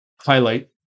highlight